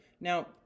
Now